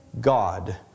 God